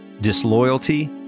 Disloyalty